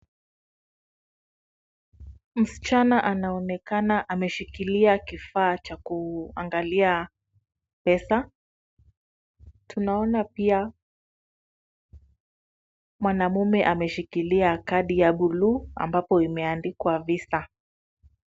Msichana anaonekana ameshikilia kifaa cha kuangalia pesa. Tunaone pia mwanaume ameshikilia kadi ya buluuu ambapo imeandikwa Visa.